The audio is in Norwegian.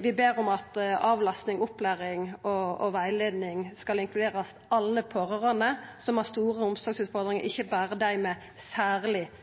Vi ber om at avlastning, opplæring og rettleiing skal inkludera alle pårørande som har store omsorgsutfordringar, ikkje berre dei med særleg